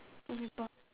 two ripple